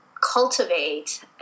cultivate